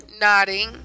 nodding